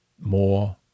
more